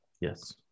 Yes